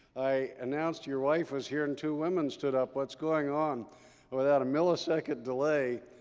i announced your wife was here, and two women stood up. what's going on? and without a millisecond delay,